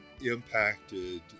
impacted